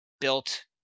built